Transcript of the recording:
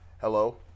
hello